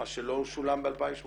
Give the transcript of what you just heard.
מה שלא שולם ב-2019